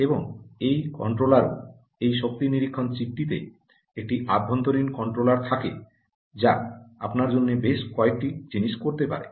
এবং এই কন্ট্রোলার ও এই শক্তি নিরীক্ষণ চিপটিতে একটি অভ্যন্তরীণ কন্ট্রোলার থাকে যা আপনার জন্য বেশ কয়েকটি জিনিস করতে পারে